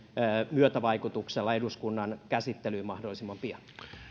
myötävaikutuksella eduskunnan käsittelyyn mahdollisimman pian